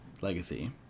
Legacy